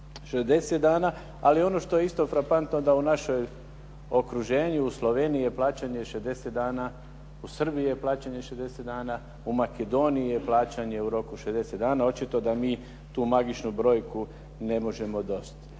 60 dana. Ali ono što je isto frapantno, da u našem okruženju, u Sloveniji je plaćanje 60 dana, u Srbiji je plaćanje 60 dana, u Makedoniji je plaćanje u roku od 60 dana. Očito da mi tu magičnu brojku ne možemo dostići.